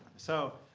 so